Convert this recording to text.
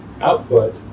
output